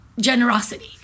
generosity